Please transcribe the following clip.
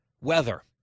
weather